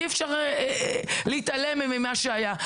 אי אפשר להתעלם ממה שהיה.